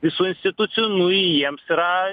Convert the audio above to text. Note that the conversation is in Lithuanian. visų institucijų nu jiems yra